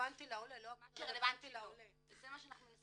שרלבנטי לעולה לא רלבנטי --- לכן אנחנו מנסים